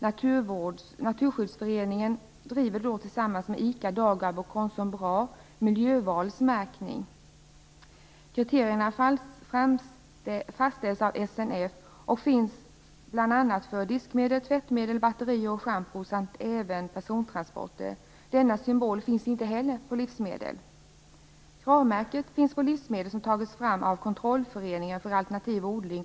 Naturskyddsföreningen driver tillsammans med ICA, Dagab och Konsum Bra miljövalsmärkning. Kriterierna fastställs av SNF och finns bl.a. för diskmedel, tvättmedel, batterier, schampo samt även persontransporter. Denna symbol finns inte heller på livsmedel. Krav-märket finns på livsmedel som tagits fram av Kontrollföreningen för alternativ odling.